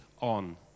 on